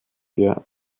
der